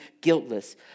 guiltless